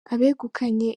abegukanye